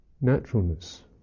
naturalness